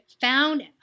found